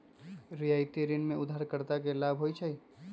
रियायती ऋण में उधारकर्ता के लाभ होइ छइ